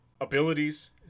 abilities